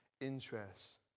interests